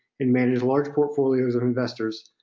and managed large portfolios of investor-owned